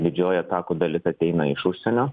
didžioji atakų dalis ateina iš užsienio